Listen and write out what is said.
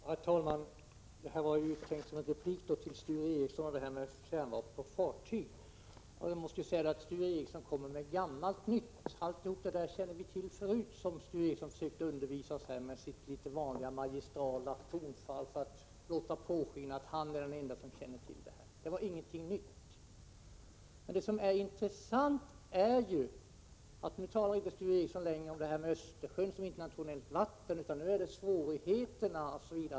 Herr talman! Detta var egentligen tänkt som replik till Sture Ericson beträffande kärnvapen ombord på fartyg. Jag måste säga att Sture Ericson kommer med gammalt nytt. Vi känner till sedan förut allt det som Sture Ericson här försökte undervisa oss i med sitt vanliga magistrala tonfall för att låta påskina att han är den enda som känner till detta. Det var alltså ingenting nytt. Det intressanta är att Sture Ericson inte längre talar om Östersjön som internationellt vatten utan talar om svårigheterna.